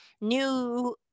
new